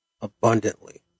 abundantly